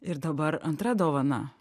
ir dabar antra dovana